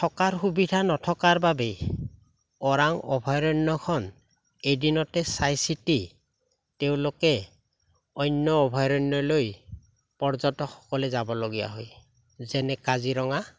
থকাৰ সুবিধা নথকাৰ বাবেই ওৰাং অভয়াৰণ্যখন এদিনতে চাই চিতি তেওঁলোকে অন্য অভয়াৰণ্যলৈ পৰ্যটকসকলে যাবলগীয়া হয় যেনে কাজিৰঙা